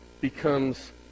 becomes